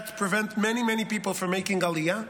That prevents many many people from making Aliyah.